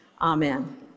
amen